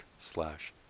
slash